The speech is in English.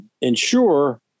ensure